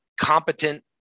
competent